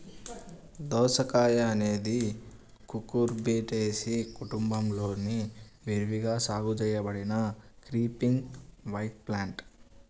దోసకాయఅనేది కుకుర్బిటేసి కుటుంబంలో విరివిగా సాగు చేయబడిన క్రీపింగ్ వైన్ప్లాంట్